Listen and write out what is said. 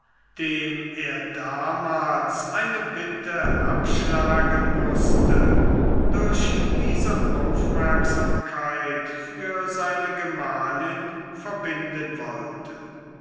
dem er damals eine bitte abschlagen mußte durch diese aufmerksamkeit für seine gemahlin verbinden wollte